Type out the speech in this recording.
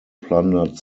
plundered